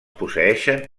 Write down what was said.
posseeixen